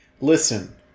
Listen